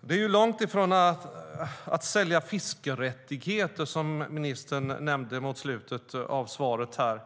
Det är långt ifrån att sälja fiskerättigheter, som ministern nämnde mot slutet av sitt svar.